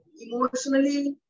emotionally